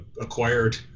acquired